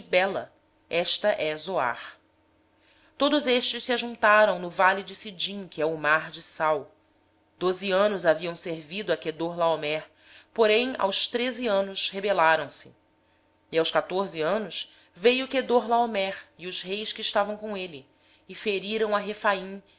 belá esta é zoar todos estes se ajuntaram no vale de sidim que é o mar salgado doze anos haviam servido a quedorlaomer mas ao décimo terceiro ano rebelaram se por isso ao décimo quarto ano veio quedorlaomer e os reis que estavam com ele e feriram aos